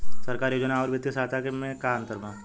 सरकारी योजना आउर वित्तीय सहायता के में का अंतर बा?